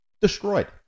destroyed